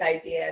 idea